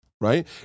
Right